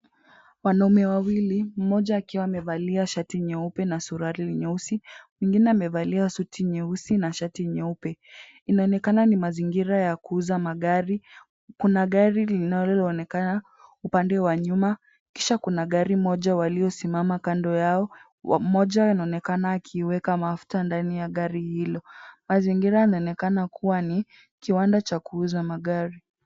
Wanaume wawili mmoja akiwa amevalia shati nyeupe na suruali nyeusi, mwingine amevalia suti nyeusi na shati nyeupe. Inaonekana ni mazingira ya kuuza magari. Kuna gari linaloonekana upande wa nyuma kisha kuna gari moja waliosimama kando yao. Mmoja anaonekana akiiweka mafuta ndani ya gari hilo. Mazingira yanaokena kuwa ni kiwanda cha kuuza magari.